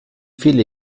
viele